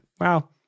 wow